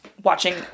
watching